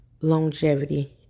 longevity